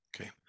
Okay